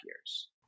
years